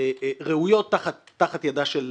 ראויות תחת ידה של